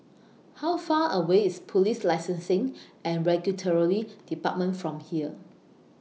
How Far away IS Police Licensing and Regulatory department from here